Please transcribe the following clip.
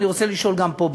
ואני רוצה לשאול גם פה,